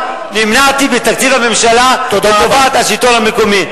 נמנעתי בתקציב הממשלה לטובת השלטון המקומי.